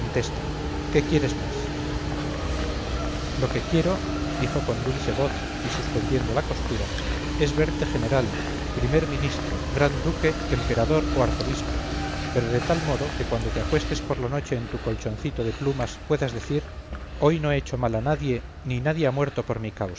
qué quieres más lo que quiero dijo con dulce voz y suspendiendo la costura es verte general primer ministro gran duque emperador o arzobispo pero de tal modo que cuando te acuestes por la noche en tu colchoncito de plumas puedas decir hoy no he hecho mal a nadie ni nadie ha muerto por mi